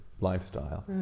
lifestyle